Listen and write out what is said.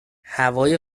هوای